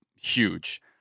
huge